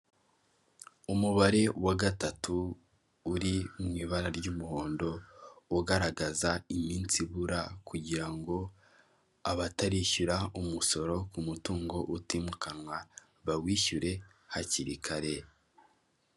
Umubare wa gatatu uri mu ibara ry'umuhondo ugaragaza iminsi ibura kugira ngo abatarishyura umusoro ku mutungo utimukanwa bawishyure hakiri kare.